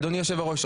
אדוני יושב הראש,